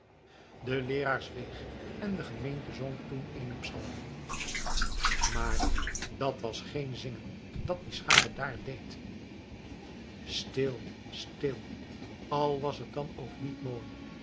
de leeraar zweeg en de gemeente zong toen eenen psalm maar dat was geen zingen dat die schare daar deed stil stil al was het dan ook niet mooi